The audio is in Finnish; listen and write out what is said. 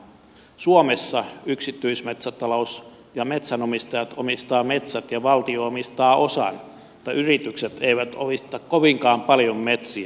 suomessa yksityismetsäomistajat omistavat metsät ja valtio omistaa osan mutta yritykset eivät omista kovinkaan paljon metsiä